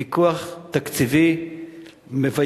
ויכוח תקציבי מבייש.